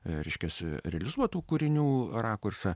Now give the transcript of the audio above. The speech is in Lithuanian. reiškias realizuotų kūrinių rakursą